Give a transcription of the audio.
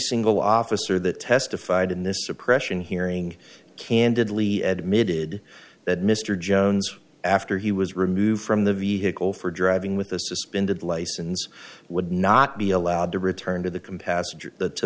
single officer that testified in this suppression hearing candidly admitted that mr jones after he was removed from the vehicle for driving with a suspended license would not be allowed to return to the